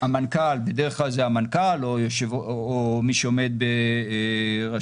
בדרך כלל זה המנכ"ל או מי שעומד ברשות,